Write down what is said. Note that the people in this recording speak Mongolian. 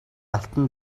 алтан